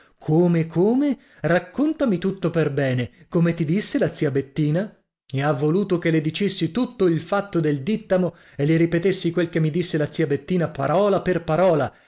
come come raccontami tutto per bene come ti disse la zia bettina e ha voluto che le dicessi tutto il fatto del dìttamo e le ripetessi quel che mi disse la zia bettina parola per parola